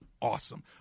awesome